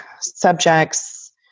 subjects